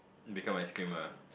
become ice cream ah